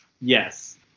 yes